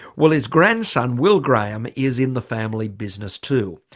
well his grandson, will graham, is in the family business too,